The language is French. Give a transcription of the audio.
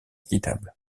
équitable